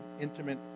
intimate